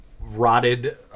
rotted